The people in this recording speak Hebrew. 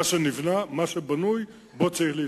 מה שנבנה, מה שבנוי, בו צריך להתחשב.